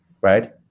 Right